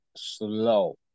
Slow